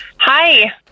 Hi